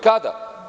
Kada?